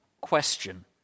question